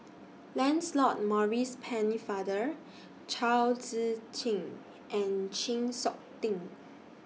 Lancelot Maurice Pennefather Chao Tzee Cheng and Chng Seok Tin